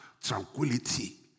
Tranquility